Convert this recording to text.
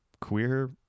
queer